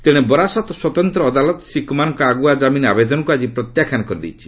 ତେଣେ ବରାସତ୍ ସ୍ୱତନ୍ତ୍ର ଅଦାଲତ ଶ୍ରୀ କୁମାରଙ୍କ ଆଗୁଆ ଜାମିନ୍ ଆବେଦନକୁ ଆଜି ପ୍ରତ୍ୟାଖ୍ୟାନ କରିଦେଇଛି